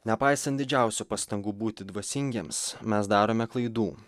nepaisant didžiausių pastangų būti dvasingiems mes darome klaidų